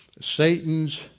Satan's